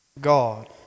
god